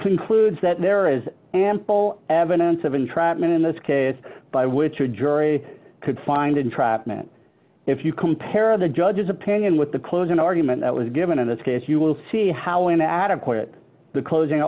concludes that there is ample evidence of entrapment in this case by which your jury could find entrapment if you compare the judge's opinion with the closing argument that was given in that case you will see how inadequate the closing